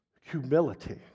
humility